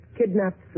Kidnapped